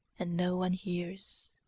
and no one hears.